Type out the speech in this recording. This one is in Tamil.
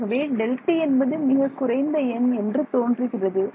ஆகவே Δt என்பது மிகக் குறைந்த எண் என்று தோன்றுகிறது